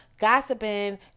Gossiping